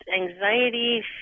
anxiety